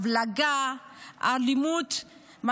ההבלגה על אלימות,